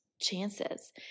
chances